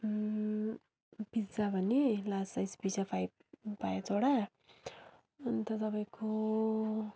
pizza भने large size pizza five पाँचवटा अन्त तपाईँको